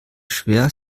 schwer